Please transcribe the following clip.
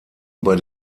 über